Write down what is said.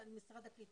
נעשית